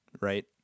right